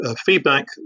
feedback